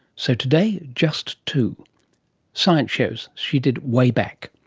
so today just two science shows she did way back.